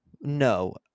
No